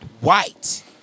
white